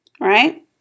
Right